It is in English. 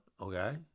Okay